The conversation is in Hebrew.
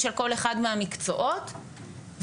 אנחנו מדברים על מקצועות שנמצאים היום בשפל,